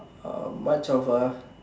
uh much of a